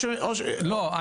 לא,